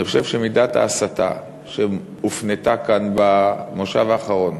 אני חושב שמידת ההסתה שהופנתה כאן במושב האחרון